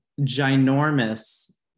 ginormous